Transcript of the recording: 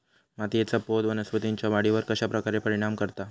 मातीएचा पोत वनस्पतींएच्या वाढीवर कश्या प्रकारे परिणाम करता?